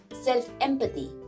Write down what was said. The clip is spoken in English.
Self-empathy